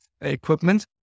equipment